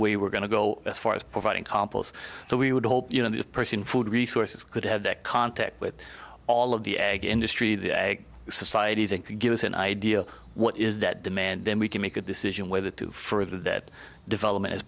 way we're going to go as far as providing compost so we would hope you know the person food resources could have that contact with all of the egg industry the egg societies and could give us an idea what is that demand then we can make a decision whether to further that development as